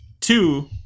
two